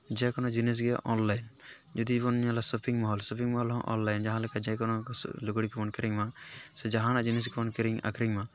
ᱡᱮᱠᱚᱱᱳ ᱡᱤᱱᱤᱥ ᱜᱮ ᱚᱱᱞᱟᱭᱤᱱ ᱡᱩᱫᱤ ᱵᱚᱱ ᱧᱮᱞᱟ ᱥᱚᱯᱤᱝ ᱢᱚᱞ ᱥᱚᱯᱤᱝ ᱢᱚᱞ ᱦᱚᱸ ᱚᱱᱞᱟᱭᱤᱱ ᱡᱟᱦᱟᱸᱞᱮᱠᱟ ᱡᱮ ᱠᱚᱱᱳ ᱞᱩᱜᱽᱲᱤ ᱠᱚᱵᱚᱱ ᱠᱤᱨᱤᱧ ᱢᱟ ᱥᱮ ᱡᱟᱦᱟᱸᱱᱟᱜ ᱡᱤᱱᱤᱥ ᱜᱮᱵᱚᱱ ᱠᱤᱨᱤᱧ ᱟᱠᱷᱨᱤᱧ ᱢᱟ